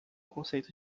conceito